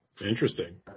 Interesting